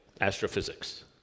astrophysics